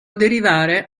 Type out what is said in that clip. derivare